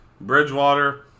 Bridgewater